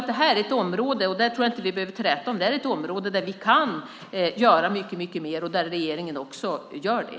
Det här är ett område - det tror jag inte att vi behöver träta om - där vi kan göra mycket mer och där regeringen också gör det.